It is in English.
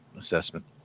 assessment